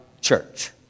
church